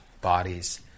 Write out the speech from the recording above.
bodies